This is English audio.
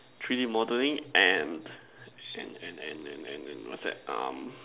three D modelling and and and and and and what's that um